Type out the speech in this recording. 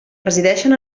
resideixen